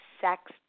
sex